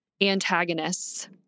antagonists